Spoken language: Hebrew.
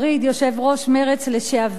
יושב-ראש מרצ לשעבר,